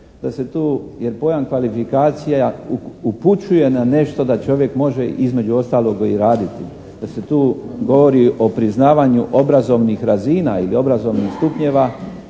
jer pojam kvalifikacija upućuje na nešto da čovjek može između ostalog i raditi, da se tu govori o priznavanju obrazovnih razina ili obrazovnih stupnjeva